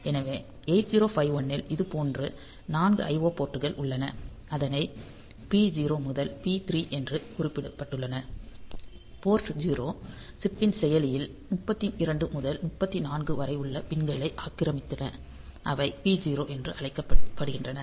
எனவே 8051 இல் இதுபோன்ற 4 IO போர்ட்கள் உள்ளன அதனை பி0 முதல் பி3 என குறிக்கப்பட்டுள்ளன போர்ட் 0 சிப்பின் செயலியின் 32 முதல் 39 வரை உள்ள பின் களை ஆக்கிரமித்தன அவை P0 என அழைக்கப்படுகின்றன